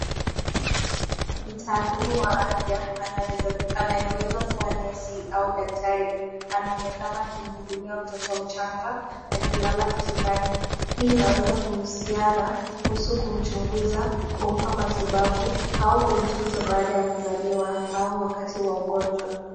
Mtaalamu wa afya, anayeweza kuwa nesi au daktari anaonekana akimhudumia mtoto mchanga aliyelala kitandani. Hii inaweza kuhusiana kuhusu kumchunguza, kumpa matibabu, au kumtunza baada ya kuzaliwa au wakati wa ugonjwa.